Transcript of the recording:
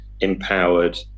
empowered